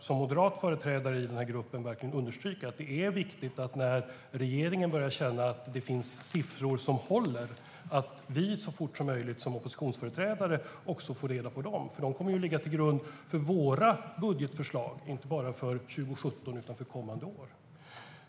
Som moderat företrädare i gruppen vill jag understryka att det är viktigt att vi som oppositionsföreträdare så fort som möjligt får reda på när regeringen börjar känna att det finns siffror som håller, då dessa siffror kommer att ligga till grund för våra budgetförslag, inte bara för 2017 utan också för kommande år.